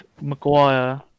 Maguire